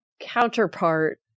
counterpart